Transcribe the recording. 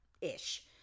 ish